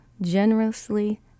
generously